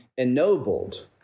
ennobled